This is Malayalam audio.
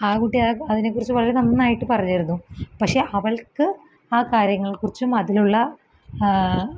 ആ കുട്ടി അതിനെകുറിച്ച് വളരെ നാന്നായിട്ട് പറഞ്ഞിരുന്നു പക്ഷെ അവള്ക്ക് ആ കാര്യങ്ങൾ കുറിച്ചും അതിലുള്ള